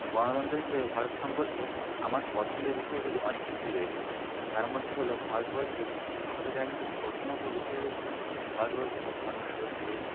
গণতন্ত্র হিসাবে ভারত সম্পর্কে আমার পছন্দের বিষয়গুলি অনেক কিছুই রয়েছে তার মধ্যে হল ভারতবর্ষের আমাদের রাজনীতির প্রথমত বিষয় হচ্ছে ভারতবর্ষ একটি ধর্মনিরপেক্ষ দেশ